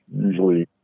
usually